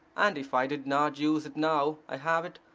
and if i did not use it now i have it,